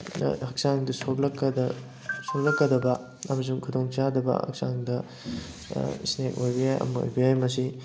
ꯍꯛꯆꯥꯡꯗ ꯁꯣꯛꯂꯛꯀꯗ ꯁꯣꯛꯂꯛꯀꯗꯕ ꯑꯃꯁꯨꯡ ꯈꯨꯗꯣꯡꯆꯥꯗꯕ ꯍꯛꯆꯥꯡꯗ ꯏꯁꯅꯦꯛ ꯑꯣꯏꯕ ꯌꯥꯏ ꯑꯃ ꯑꯣꯏꯕ ꯌꯥꯏ ꯃꯁꯤ